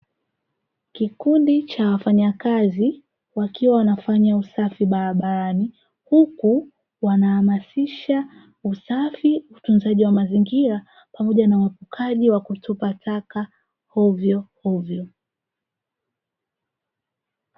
Kikundi cha wafanyakazi wakiwa wanafanya usafi barabarani, huku wanahamasisha usafi, utunzaji wa mazingira, pamoja na uepukaji wa kutupa taka hovyo hovyo.